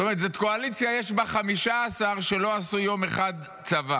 זאת קואליציה שיש בה 15 שלא עשו יום אחד צבא.